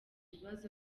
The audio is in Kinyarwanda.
ibibazo